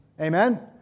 Amen